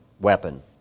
weapon